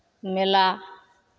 मेला